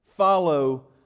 follow